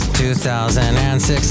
2006